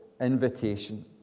invitation